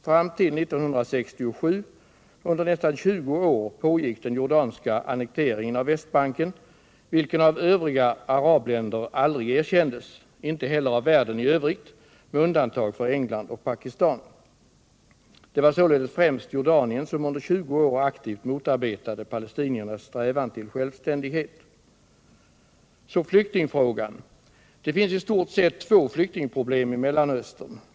Fram till 1967 eller under nästan 20 år pågick den jordanska annekteringen av Västbanken, vilken av övriga arabländer aldrig erkändes —- inte heller av världen i övrigt med undantag för England och Pakistan. Det var således främst Jordanien som under 20 år aktivt motarbetade palestiniernas strävan till självständighet! Så flyktingfrågan! Det finns i stort sett två flyktingproblem i Mellanöstern.